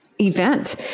event